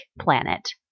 planet